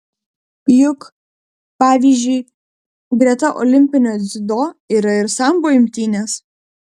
juk pavyzdžiui greta olimpinio dziudo yra ir sambo imtynės